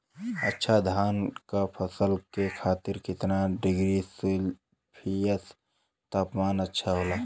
अच्छा धान क फसल के खातीर कितना डिग्री सेल्सीयस तापमान अच्छा होला?